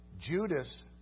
Judas